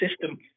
system